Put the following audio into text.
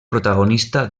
protagonista